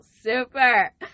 super